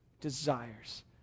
desires